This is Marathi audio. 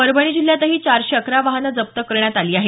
परभणी जिल्ह्यातही चारशे अकरा वाहनं जप्त करण्यात आली आहेत